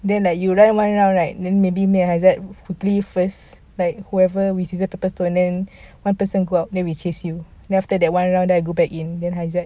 then like you run one round right then maybe me and haizat play first like whoever we scissor paper stone then one person go out then we chase you then after that one round I go back in then haizat